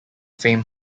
fame